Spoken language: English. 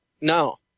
No